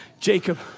Jacob